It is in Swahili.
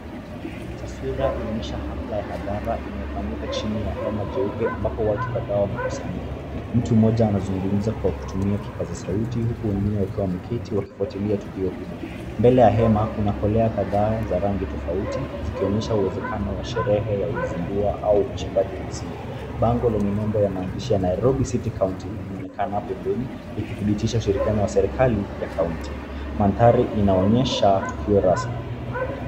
Taswira inaonyesha hafla ya hadhara inayofanyika chini ya hema jeupe ambapo watu kadhaa wamekusanyika. Mtu mmoja anazungumza kwa kutumia kipaza sauti huku wengine wakiwa wameketi wakifuatilia tukio hilo. Mbele ya hema kuna kolea kadhaa za rangi ya tofauti zikionyesha uwezekano wa sherehe ya uzindua au uchimbaji wa msingi. Bango lenye nembo ya maandishi ya nairobi city county inaonekana pembeni ikidhibitisha shirikiano la serikali ya kaunti. Mandhari inaonyesha tukio rasmi.